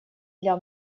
для